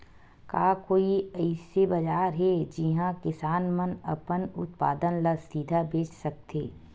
का कोई अइसे बाजार हे जिहां किसान मन अपन उत्पादन ला सीधा बेच सकथे?